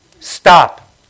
Stop